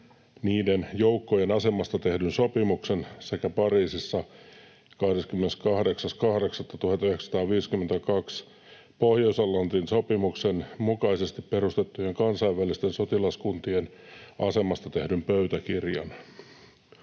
niiden joukkojen asemasta tehdyn sopimuksen sekä Pariisissa 28.8.1952 Pohjois-Atlantin sopimuksen mukaisesti perustettujen kansainvälisten sotilaskuntien asemasta tehdyn pöytäkirjan.